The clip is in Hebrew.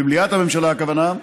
במליאת הממשלה הכוונה,